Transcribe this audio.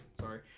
Sorry